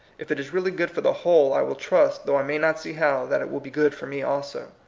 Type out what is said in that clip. if it is really good for the whole, i will trust, though i may not see how, that it will be good for me also.